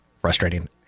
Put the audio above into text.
frustrating